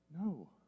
No